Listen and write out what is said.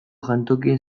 jantokien